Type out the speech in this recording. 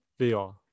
vr